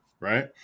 right